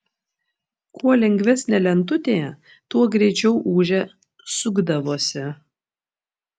kuo lengvesnė lentutė tuo greičiau ūžė sukdavosi